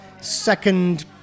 second